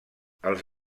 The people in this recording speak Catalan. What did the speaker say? els